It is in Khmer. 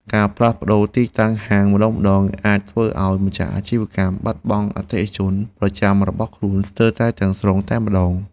ការផ្លាស់ប្តូរទីតាំងហាងម្ដងៗអាចធ្វើឱ្យម្ចាស់អាជីវកម្មបាត់បង់អតិថិជនប្រចាំរបស់ខ្លួនស្ទើរតែទាំងស្រុងតែម្ដង។